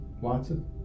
Watson